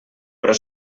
però